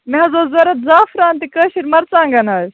مےٚ حَظ اوس ضروٗرت زعفران تہٕ کٲشِرۍ مرژٕوانٛگن حَظ